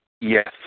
Yes